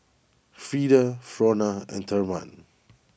Freeda Frona and therman